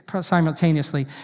simultaneously